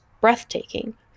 breathtaking